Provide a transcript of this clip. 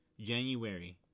January